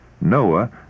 Noah